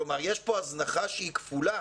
כלומר יש פה הזנחה שהיא כפולה,